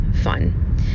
fun